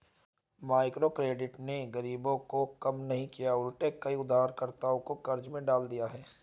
microcredit ने गरीबी को कम नहीं किया उलटे कई उधारकर्ताओं को कर्ज में डाल दिया है